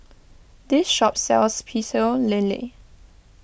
this shop sells Pecel Lele